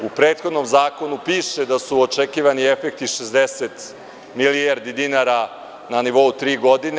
U prethodnom zakonu piše da su očekivani efekti 60 milijardi dinara na nivou tri godine.